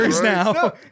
now